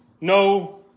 No